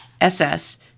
SS